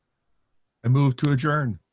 i move to adjourn.